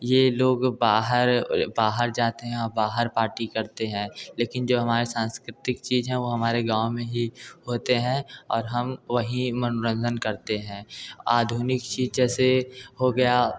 ये लोग बाहर बाहर जाते हैं अब बाहर पार्टी करते हैं लेकिन जो हमारे सांस्कृतिक चीज़ हैं वो हमारे गाँव में ही होते हैं और हम वही मनोरंजन करते हैं आधुनिक चीज़ जैसे हो गया